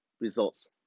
results